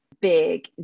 big